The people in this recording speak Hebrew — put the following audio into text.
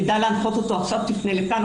יידע להנחות אותו: עכשיו תפנה לכאן,